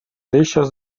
deixes